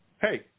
Hey